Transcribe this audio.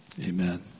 amen